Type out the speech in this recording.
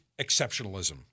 exceptionalism